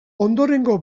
ondorengo